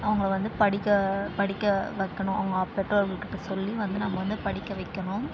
அவங்களை வந்து படிக்க படிக்க வைக்கணும் அவங்க பெற்றோர்கள்கிட்டே சொல்லி வந்து நம்ம வந்து படிக்க வைக்கணும்